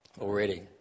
already